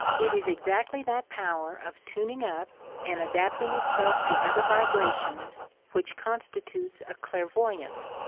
it is exactly that power of tuning up and adapting itself to other vibrations which constitutes a clair voyant,